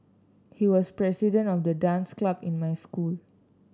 he was the president of the dance club in my school